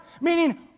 meaning